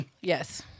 Yes